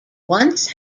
once